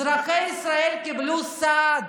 אזרחי ישראל קיבלו סעד,